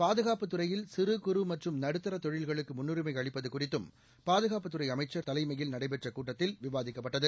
பாதுகாப்புத் துறையில் சிறு குறு மற்றும் நடுத்தர தொழில்களுக்கு முன்னுரிமை அளிப்பது குறித்தும் பாதுகாப்புத் துறை அமைச்சர் தலைமையில் நடைபெற்ற கூட்டத்தில் விவாதிக்கப்பட்டது